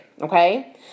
okay